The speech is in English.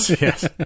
yes